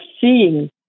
seeing